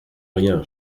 rien